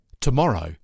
tomorrow